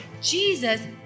Jesus